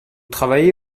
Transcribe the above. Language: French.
travaillez